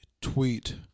tweet